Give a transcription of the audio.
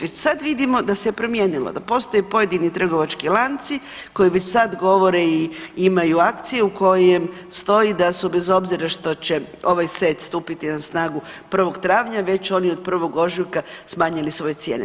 Već sad vidimo da se promijenilo, da postoje pojedini trgovački lanci koji već sad govore i imaju akciju u kojoj stoji da su bez obzira što će ovaj set stupiti na snagu 1. travnja već oni od 1. ožujka smanjili svoje cijene.